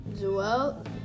Joel